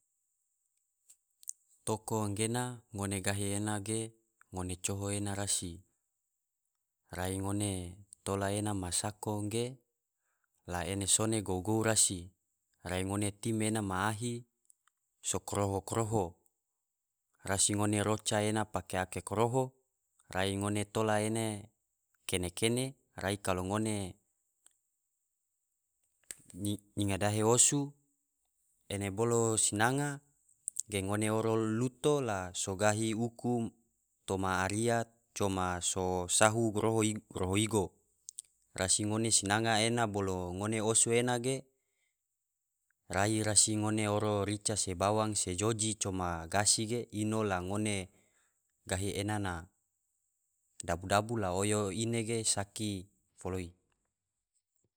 Toko gena ngone gahi ena ge ngone coho ena rasi, rai ngone tola ena ma sako ge la ene sone gou gou rasi, rai ngone tim ena ma ahi so koroho koroho, rasi ngone roca ena pake ake koroho rai ngone tola ene kene kene rai kalo ngone nyinga dahe osu ene bolo sinanga ge ngone oro luto la so gahi uku toma ria coma so sahu goroho igo rasi ngone sinanga ena bolo ngone osu ena ge rai rasi ngone oro rica se bawang se joji coma gasi ge ino la ngone gahi ena ma dabu dabu la ngone oyo ine ge saki foloi.